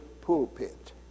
pulpit